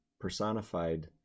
personified